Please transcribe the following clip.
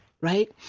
Right